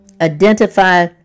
Identify